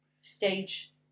stage